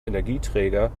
energieträger